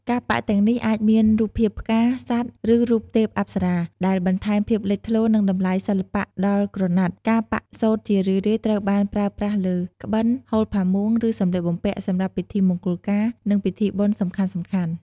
ការប៉ាក់ទាំងនេះអាចមានរូបភាពផ្កា សត្វ ឬរូបទេពអប្សរា ដែលបន្ថែមភាពលេចធ្លោ និងតម្លៃសិល្បៈដល់ក្រណាត់ ការប៉ាក់សូត្រជារឿយៗត្រូវបានប្រើប្រាស់លើ ក្បិន ហូលផាមួង ឬសំលៀកបំពាក់ សម្រាប់ពិធីមង្គលការ និងពិធីបុណ្យសំខាន់ៗ។